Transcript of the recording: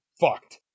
fucked